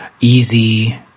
easy